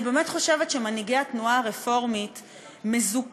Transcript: אני באמת חושבת שמנהיגי התנועה הרפורמית זוכים,